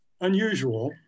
unusual